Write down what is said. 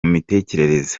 mitekerereze